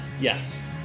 Yes